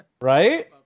Right